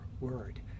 word